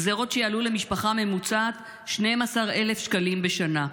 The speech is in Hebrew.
גזרות שיעלו למשפחה ממוצעת 12,000 שקלים בשנה.